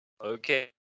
Okay